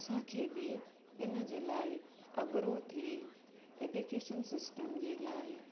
असांखे बि इनजे लाइ अग्रो थी ऐडिकेशन सिस्टम जे लाइ